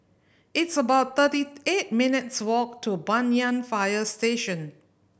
it's about thirty eight minutes' walk to Banyan Fire Station